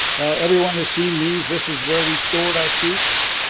now everyone has seen these, this is where we stored our suit's.